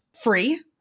free